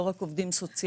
לא רק עובדים סוציאליים.